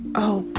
oh,